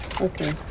Okay